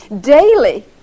daily